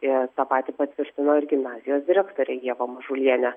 ir tą patį patvirtino ir gimnazijos direktorė ieva mažulienė